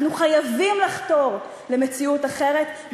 אנחנו חייבים לחתור למציאות אחרת,